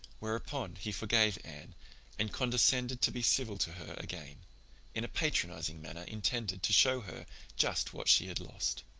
whereupon he forgave anne and condescended to be civil to her again in a patronizing manner intended to show her just what she had lost.